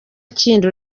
kindi